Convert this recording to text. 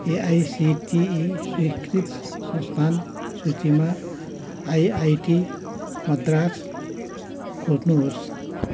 AICTE स्वीकृत संस्थान सूचीमा आइआइटी मद्रास खोज्नुहोस्